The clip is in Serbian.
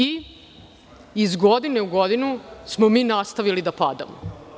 I, iz godine u godinu smo mi nastavili da padamo.